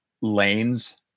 lanes